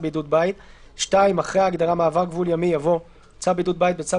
בידוד בית"; אחרי ההגדרה "מעבר גבול ימי" יבוא: ""צו בידוד בית"- בצו